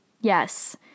yes